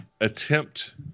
attempt